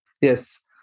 Yes